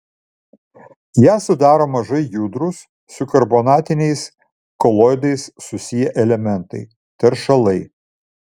ją sudaro mažai judrūs su karbonatiniais koloidais susiję elementai teršalai